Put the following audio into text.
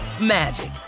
magic